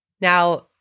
now